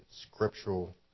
scriptural